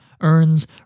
earns